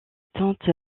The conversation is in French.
tante